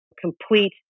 complete